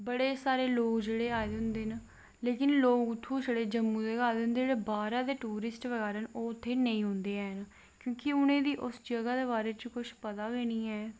बड़े सारे लोग जेह्ड़े उत्थें आए दे होंदे न लोकिन लोग उत्थूं जम्मू दे गै लोग आ दे होंदे न बाह्रा दे जेह्ड़े टूरिस्ट ओह् उत्तें नी आए दे होंदे न क्योंकि उनेंगी उस जगाह् दे बारे च कुश पता गै नी ऐ